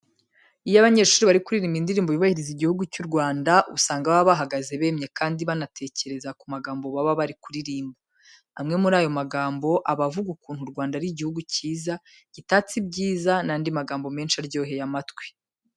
Iyo abanyeshuri bari kuririmba indirimbo yubahiriza Igihugu cy'u Rwanda, usanga baba bahagaze bemye kandi banatekereza ku magambo baba bari kuririmba. Amwe muri ayo magambo aba avuga ukuntu u Rwanda ari Igihugu cyiza, gitatse ibyiza n'andi magambo menshi aryoheye amatwi.